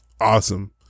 awesome